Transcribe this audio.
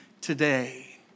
today